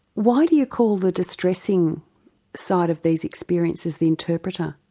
why do you call the distressing side of these experiences the interpreter?